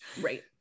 Right